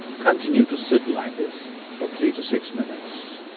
continue to sit like this for three to six minutes.